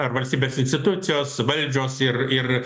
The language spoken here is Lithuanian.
ar valstybės institucijos valdžios ir ir